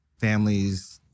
families